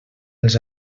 els